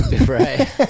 Right